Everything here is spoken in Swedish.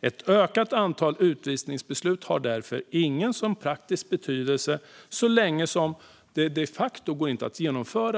Ett ökat antal utvisningsbeslut har därför ingen praktisk betydelse så länge som utvisningarna de facto inte går att genomföra.